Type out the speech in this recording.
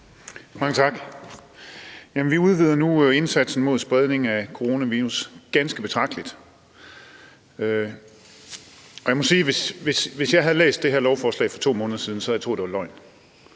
Vi udvider nu indsatsen mod spredningen af coronavirus ganske betragteligt. Og jeg må sige, at hvis jeg havde læst det her lovforslag for 2 måneder siden, havde jeg troet, at det var løgn